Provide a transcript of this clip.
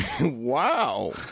wow